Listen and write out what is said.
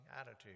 attitude